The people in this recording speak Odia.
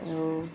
ଆଉ